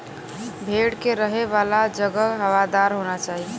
भेड़ के रहे वाला जगह हवादार होना चाही